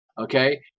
Okay